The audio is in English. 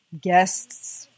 guest's